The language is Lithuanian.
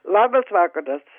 labas vakaras